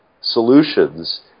solutions